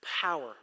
power